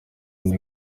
ndi